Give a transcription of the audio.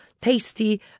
tasty